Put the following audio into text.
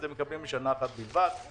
פה, בוועדת הכספים?